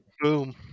Boom